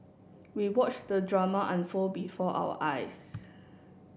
we watched the drama unfold before our eyes